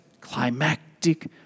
climactic